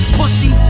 pussy